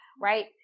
right